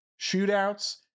shootouts